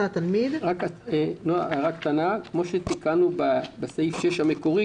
התלמיד." הערה קטנה: כפי שתיקנו בתקנה 6 המקורית,